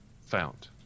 found